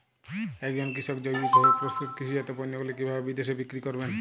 একজন কৃষক জৈবিকভাবে প্রস্তুত কৃষিজাত পণ্যগুলি কিভাবে বিদেশে বিক্রি করবেন?